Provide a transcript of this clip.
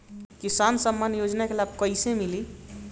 किसान सम्मान योजना के लाभ कैसे मिली?